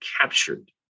captured